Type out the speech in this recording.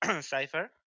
Cypher